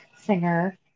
singer